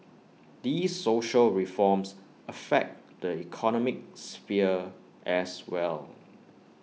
these social reforms affect the economic sphere as well